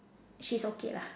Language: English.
she's okay lah